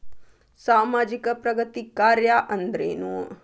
ಸಾಮಾಜಿಕ ಪ್ರಗತಿ ಕಾರ್ಯಾ ಅಂದ್ರೇನು?